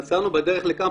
נסענו בדרך לכאן,